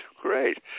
Great